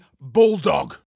bulldog